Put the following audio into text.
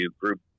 group